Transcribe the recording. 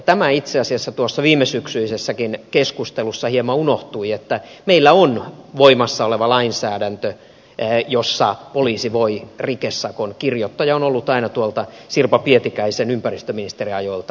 tämä itse asiassa tuossa viime syksyisessäkin keskustelussa hieman unohtui että meillä on voimassa oleva lainsäädäntö jossa poliisi voi rikesakon kirjoittaa ja on ollut aina tuolta sirpa pietikäisen ympäristöministeriajoilta lähtien